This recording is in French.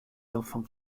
enfants